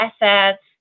assets